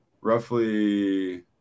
roughly